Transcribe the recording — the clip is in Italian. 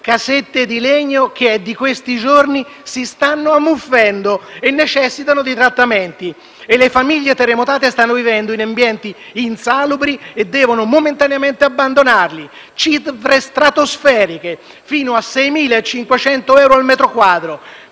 casette di legno, che in questi giorni stanno ammuffendo e necessitano di trattamenti. Le famiglie terremotate stanno vivendo in ambienti insalubri e devono momentaneamente abbandonarli. Sono cifre stratosferiche, che arrivano fino a 6.500 euro al metro quadro.